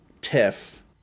tiff